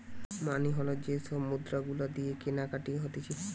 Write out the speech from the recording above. মানি হল যে সব মুদ্রা গুলা দিয়ে কেনাকাটি হতিছে